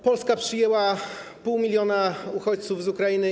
Polska przyjęła pół miliona uchodźców z Ukrainy.